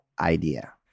idea